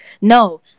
No